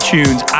Tunes